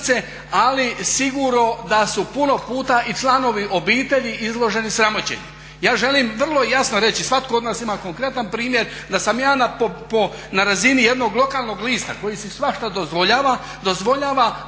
ali sigurno da su puno puta i članovi obitelji izloženi sramoćenju. Ja želim vrlo jasno reći svatko od nas ima konkretan primjer da sam ja na razini jednog lokalnog lista koji si svašta dozvoljava, doživio